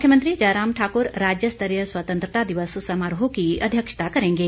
मुख्यमंत्री जयराम ठाकुर राज्य स्तरीय स्वतंत्रता दिवस समारोह की अध्यक्षता करेंगे